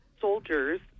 soldiers